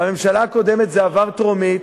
בממשלה הקודמת זה עבר בטרומית.